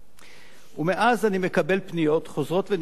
ומאז אני מקבל פניות חוזרות ונשנות מלשכת